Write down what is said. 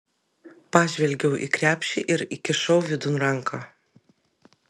pažvelgiau į krepšį ir įkišau vidun ranką